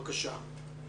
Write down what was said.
בבקשה.